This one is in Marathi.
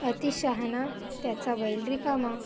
अतिशहाणा त्याचा बैल रिकामा